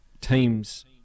teams